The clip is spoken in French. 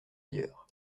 ailleurs